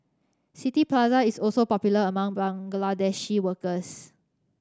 City Plaza is also popular among Bangladeshi workers